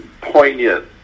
poignant